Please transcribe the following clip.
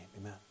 amen